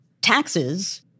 taxes